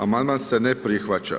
Amandman se ne prihvaća.